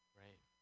right